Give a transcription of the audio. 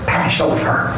Passover